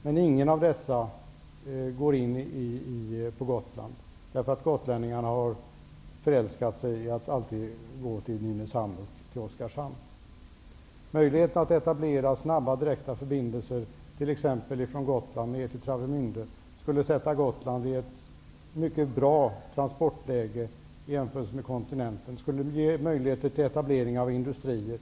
Men ingen av dessa går till Gotland, därför att gotlänningarna har förälskat sig i att alltid åka till Nynäshamn och Att etablera snabba och direkta förbindelser, t.ex. Gotland -- Travemünde, skulle försätta Gotland i ett mycket bra transportläge i jämförelse med kontinenten. Det skulle ge möjligheter till etablering av industrier.